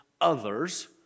others